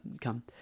come